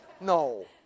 no